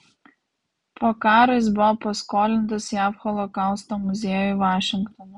po karo jis buvo paskolintas jav holokausto muziejui vašingtone